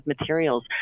materials